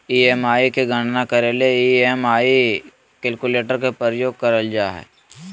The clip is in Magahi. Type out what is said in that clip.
ई.एम.आई के गणना करे ले ई.एम.आई कैलकुलेटर के प्रयोग करल जा हय